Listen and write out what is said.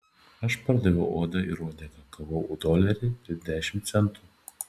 aš pardaviau odą ir uodegą gavau dolerį ir dešimt centų